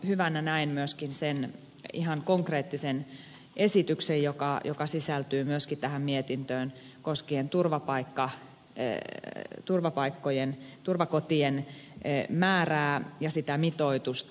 hyvänä näen myöskin sen ihan konkreettisen esityksen joka sisältyy myöskin tähän mietintöön koskien turvakotien määrää ja mitoitusta